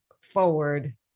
forward